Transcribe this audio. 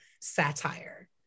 satire